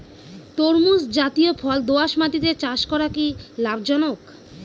তরমুজ জাতিয় ফল দোঁয়াশ মাটিতে চাষ করা কি লাভজনক?